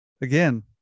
Again